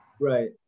Right